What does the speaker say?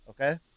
okay